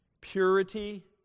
Purity